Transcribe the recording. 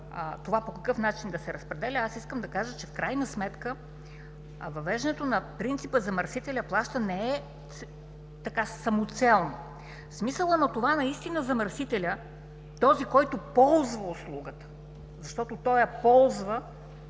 – по какъв начин да се разпределя, искам да кажа, че в крайна сметка въвеждането на принципа „замърсителят плаща“ не е самоцелно. Смисълът на това наистина замърсителят – този, който ползва услугата, защото той я ползва,